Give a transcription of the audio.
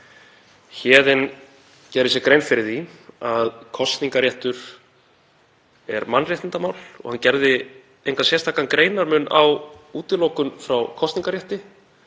Héðinn gerði sér grein fyrir því að kosningarréttur er mannréttindamál og hann gerði engan sérstakan greinarmun á útilokun frá kosningarrétti